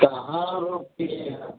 कहाँ रोपिएगा